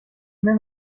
mir